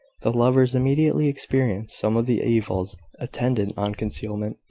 the lovers immediately experienced some of the evils attendant on concealment,